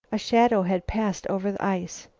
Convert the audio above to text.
a shadow had passed over the ice.